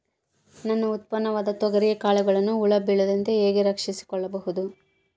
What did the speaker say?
ನನ್ನ ಉತ್ಪನ್ನವಾದ ತೊಗರಿಯ ಕಾಳುಗಳನ್ನು ಹುಳ ಬೇಳದಂತೆ ಹೇಗೆ ರಕ್ಷಿಸಿಕೊಳ್ಳಬಹುದು?